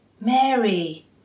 Mary